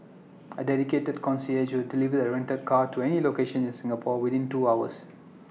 A dedicated concierge deliver the rented car to any location in Singapore within two hours